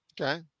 Okay